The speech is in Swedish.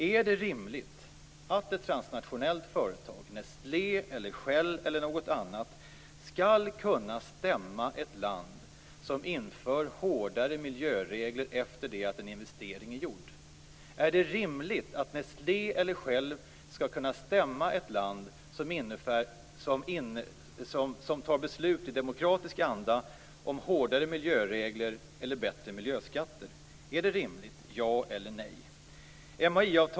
Är det rimligt att ett transnationellt företag, Nestlé eller Shell eller något annat, skall kunna stämma ett land som inför hårdare miljöregler efter det att en investering är gjord? Är det rimligt att Nestlé eller Shell skall kunna stämma ett land som i demokratisk anda fattar beslut om hårdare miljöregler eller bättre miljöskatter? Är det rimligt, ja eller nej?